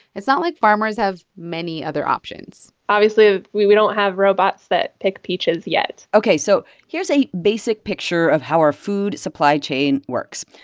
it's not like farmers have many other options obviously, ah we we don't have robots that pick peaches yet ok. so here's a basic picture of how our food supply chain works.